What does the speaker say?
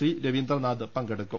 C Raveendranath പങ്കെടുക്കും